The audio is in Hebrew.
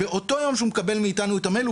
ובאותו יום שהוא מקבל מאיתנו את המייל הוא